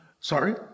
Sorry